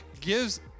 gives